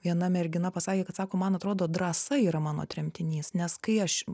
viena mergina pasakė kad sako man atrodo drąsa yra mano tremtinys nes kai aš